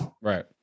Right